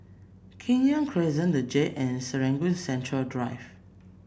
Kenya Crescent the Jade and Serangoon Central Drive